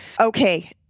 Okay